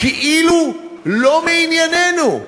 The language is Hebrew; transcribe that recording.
כאילו לא מענייננו,